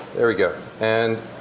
there we go. and